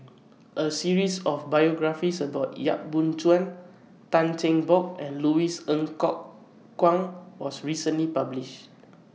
A series of biographies about Yap Boon Chuan Tan Cheng Bock and Louis Ng Kok Kwang was recently published